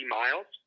miles